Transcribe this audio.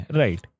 right